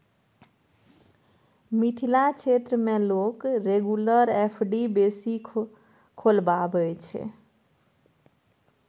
मिथिला क्षेत्र मे लोक रेगुलर एफ.डी बेसी खोलबाबै छै